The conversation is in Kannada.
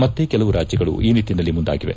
ಮತ್ತೆ ಕೆಲವು ರಾಜ್ಯಗಳು ಈ ನಿಟ್ಲನಲ್ಲಿ ಮುಂದಾಗಿವೆ